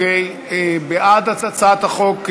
בעד הצעת החוק,